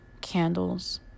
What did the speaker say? candles